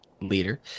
leader